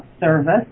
service